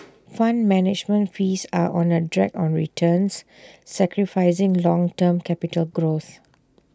fund management fees are on A drag on returns sacrificing long term capital growth